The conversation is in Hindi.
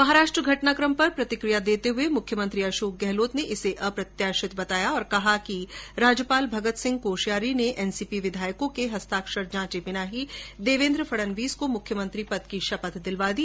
महाराष्ट्र घटनाक़म पर प्रतिक़िया देते हुए मुख्यमंत्री अशोक गहलोत ने इसे अप्रत्याशित घटना बताया और कहा कि राज्यपाल भगत सिंह कोश्यारी ने एनसीपी विधायकों के हस्ताक्षर जांचे बिना ही देवेन्द्र फण्डवीस को मुख्यमंत्री पद की शपथ दिलवा दी